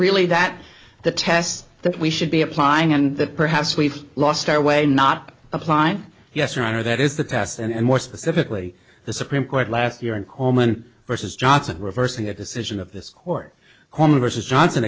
really that the test that we should be applying and that perhaps we've lost our way not applying yes your honor that is the test and more specifically the supreme court last year in coleman versus johnson reversing a decision of this court versus johnson